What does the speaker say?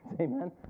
Amen